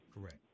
Correct